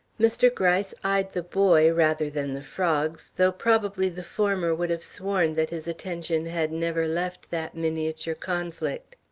mr. gryce eyed the boy rather than the frogs, though probably the former would have sworn that his attention had never left that miniature conflict.